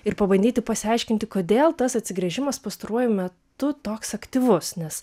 ir pabandyti pasiaiškinti kodėl tas atsigręžimas pastaruoju metu toks aktyvus nes